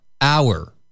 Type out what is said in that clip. hour